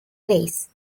plays